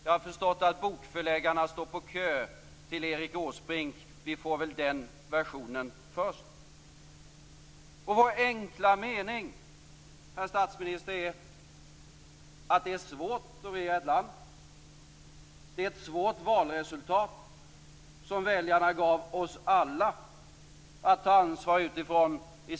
Jag har förstått att bokförläggarna står på kö till Erik Åsbrink. Vi får väl den versionen först. Vår enkla mening är att det är svårt att regera ett land, herr statsminister. Det var ett svårt valresultat i september förra året, som väljarna gav oss alla att ta ansvar utifrån.